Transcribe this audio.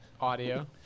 audio